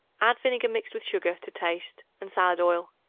add vinegar mixed with sugar, to taste, and salad oil.